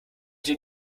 den